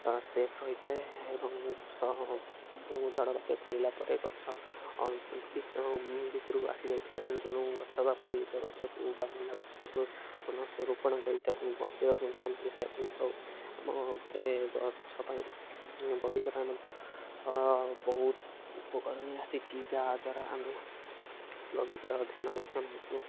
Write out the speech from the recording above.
safe ରହିଥାଏ ଏବଂ ସହ ଝଡ଼ବାତ୍ୟା ସରିଲା ପରେ ଗଛ ଭିତରୁୁ ଆସି ଯାଇଥିବା ଏଣୁ ତେଣୁ ଗଛ ପଡ଼ି ଯାଇଥିବା ଗଛକୁ ବା ମଲା ଗଛକୁ ପୁନଃଶ୍ଚ ରୋପଣ କରି ତାକୁ ବଞ୍ଚେଇବାକୁ ମଧ୍ୟ ଆମେ ଚେଷ୍ଟା କରିଥାଉ ଆମ ଘରେ ଗଛ ପାଇଁ ବଗିଚା ପାଇଁ ମଧ୍ୟ ବହୁତ ଉପକରଣ ଆସିଛି ଯାହାଦ୍ୱାରା ଆମେ ବଗିଚାର ଧ୍ୟାନ ମଧ୍ୟ ନେଉଛୁ